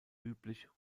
üblich